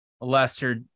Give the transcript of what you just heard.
Lester